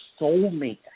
soulmate